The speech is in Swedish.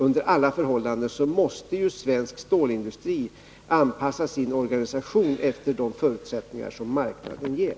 Under alla förhållanden måste svensk stålindustri anpassa sin organisation efter de förutsättningar som marknaden ger.